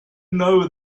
know